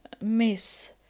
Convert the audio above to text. miss